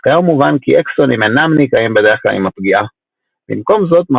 אך כיום מובן כי אקסונים אינם נקרעים בדרך כלל עם הפגיעה; במקום זאת,